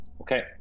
Okay